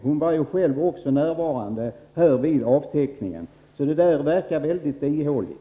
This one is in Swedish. Hon var själv närvarande vid avtäckningen. Det argumentet verkar väldigt ihåligt.